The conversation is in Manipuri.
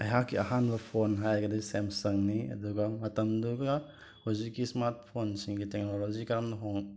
ꯑꯩꯍꯥꯛꯀꯤ ꯑꯍꯥꯟꯕ ꯐꯣꯟ ꯍꯥꯏꯔꯒꯗꯤ ꯁꯦꯝꯁꯪꯅꯤ ꯑꯗꯨꯒ ꯃꯇꯝꯗꯨꯒ ꯍꯧꯖꯤꯀꯤ ꯁ꯭ꯃꯥꯠ ꯐꯣꯟꯁꯤꯡꯒꯤ ꯇꯦꯛꯅꯣꯂꯣꯖꯤ ꯀꯔꯝꯅ ꯍꯣꯡ